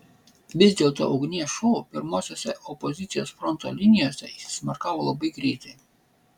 vis dėlto ugnies šou pirmosiose opozicijos fronto linijose įsismarkavo labai greitai